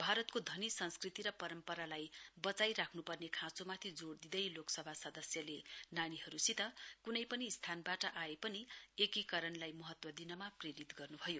भारतको धनी संस्कृति र परम्परालाई बचाइ राख्न् पर्ने खाँचोमाथि जोड दिँदै लोकसभा सदस्यले नानीहरूसित क्नै पनि स्थानबाट आए पनि एकीकरणलाई महत्त्व दिनमा प्रेरित गर्नुभयो